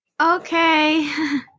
Okay